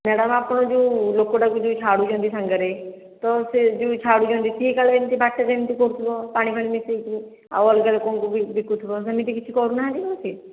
madam ଆପଣ ଯେଉଁ ଲୋକଟାକୁ ଯେଉଁ ଛାଡ଼ୁଛନ୍ତି ସାଙ୍ଗରେ ତ ସେ ଯେଉଁ ଛାଡ଼ୁଛନ୍ତି ସେ କାଳେ ବାଟରେ ଏମିତି କରୁଥିବ ପାଣି ଫାଣି ମିଶାଇକି ଆଉ ଅଲଗା ଲୋକଙ୍କୁ ବି ବିକୁଥିବ ସେମିତି କିଛି କରୁନାହାନ୍ତି ତ କିଛି